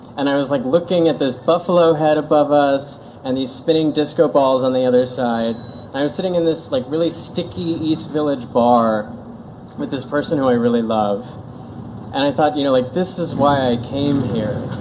and i was like looking at this buffalo head above us and these spinning disco balls on the other side i was sitting in this like really sticky east village bar with this person who i really love and i thought you know, like this is why i came here,